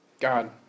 God